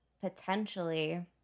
potentially